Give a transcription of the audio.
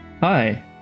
hi